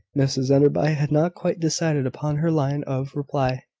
mrs enderby had not quite decided upon her line of reply,